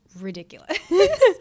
ridiculous